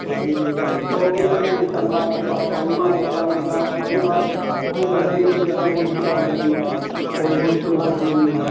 جی جی جی جی تو پھر میں انشآء اللہ آپ کے پاس آؤں گا اور ساری کتاب ساری بات وہیں کرلیں گے کہ مجھے کون کون سی کتاب لینی ہے کون کون سی شروحات خریدنی ہے